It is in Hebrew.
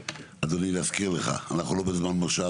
אדוני, להזכיר לך, אנחנו לא בזמן מושב.